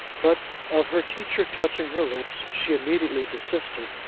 but of her teacher touching her lips, she immediately desisted,